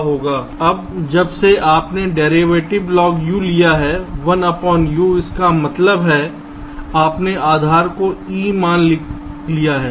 अब जब से आपने डेरिवेटिव logU लिया है 1U इसका मतलब है आपने आधार को E मान लिया है